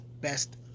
best